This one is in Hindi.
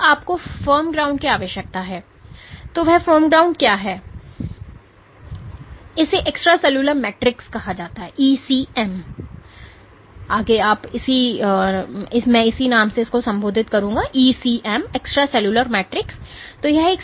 अब आपको फ़ार्म ग्राउंड की आवश्यकता है और वह फ़र्म ग्राउंड क्या है इसे एक्सट्रासेल्यूलर मैट्रिक्स कहा जाता है